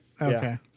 Okay